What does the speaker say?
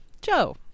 Joe